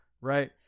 right